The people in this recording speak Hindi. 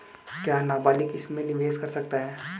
क्या नाबालिग इसमें निवेश कर सकता है?